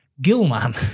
Gilman